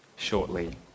shortly